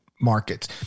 Markets